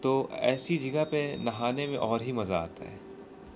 تو ایسی جگہ پہ نہانے میں اور ہی مزہ آتا ہے